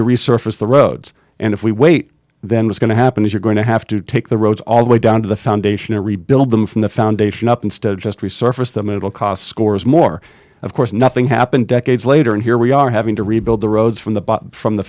to resurface the roads and if we wait then was going to happen is you're going to have to take the roads all the way down to the foundation and rebuild them from the foundation up instead of just resurfaced them it'll cost scores more of course nothing happened decades later and here we are having to rebuild the roads from the bottom from the